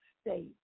state